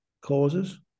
causes